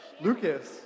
Lucas